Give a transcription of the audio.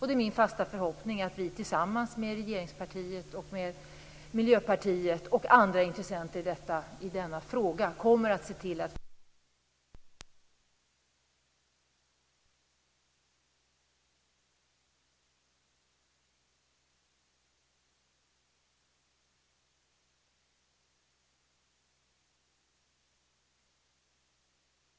Det är min fasta förhoppning att vi tillsammans med regeringspartiet, Miljöpartiet och andra intressenter i denna fråga kommer att se till att reservationen för år 2000 kommer att kunna användas på tänkt sätt.